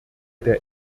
der